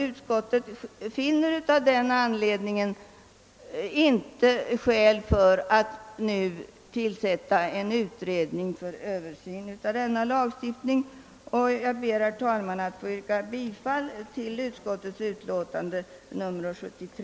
Utskottet finner av den anledningen inte skäl för att nu tillsätta en utredning för översyn av lagstiftningen. Jag ber, herr talman, att få yrka bifall till utskottets hemställan.